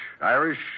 Irish